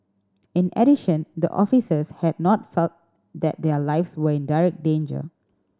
in addition the officers had not felt that their lives were in direct danger